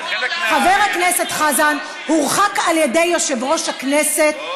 חבר הכנסת חזן הורחק על ידי יושב-ראש הכנסת, טוב.